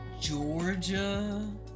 Georgia